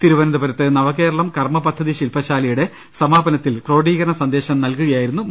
തിരുവനന്ത പുരത്ത് നവകേരളം കർമ്മപദ്ധതി ശിൽപശാലയുടെ സമാപനത്തിൽ ക്രോഡീകരണ സന്ദേശം നൽകുകയായിരുന്നു അദ്ദേഹം